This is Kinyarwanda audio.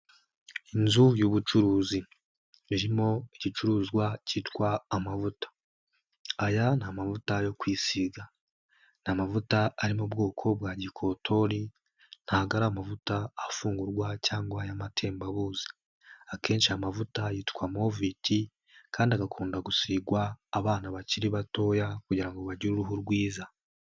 Inzu y'ubucuruzi irimo igicuruzwa cyitwa amavuta. Aya ni amavuta yo kwisiga. Ni amavuta ari mu bwoko bwa gikotori ntago ari amavuta afungurwa cyangwa ay'amatembabuzi. Akenshi aya amavuta yitwa moviti kandi agakunda gusigwa abana bakiri batoya kugira ngo bagire uruhu rwiza.